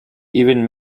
even